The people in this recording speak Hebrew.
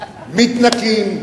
מתנקים,